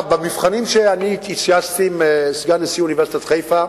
אני התייעצתי עם סגן נשיא אוניברסיטת חיפה,